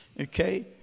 okay